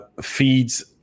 feeds